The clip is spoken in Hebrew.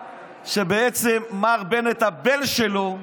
שבעצם מר בנט, הבן שלו,